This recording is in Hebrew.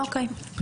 אוקיי.